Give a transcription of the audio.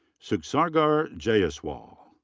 sukhsagar jaiswal.